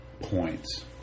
points